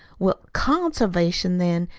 well, conservation, then.